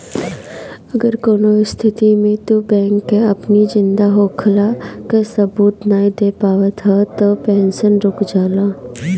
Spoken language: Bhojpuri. अगर कवनो स्थिति में तू बैंक के अपनी जिंदा होखला कअ सबूत नाइ दे पावत हवअ तअ पेंशन रुक जाला